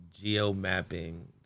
geo-mapping